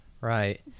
Right